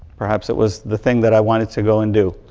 perhaps it was the thing that i wanted to go and do.